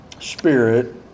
Spirit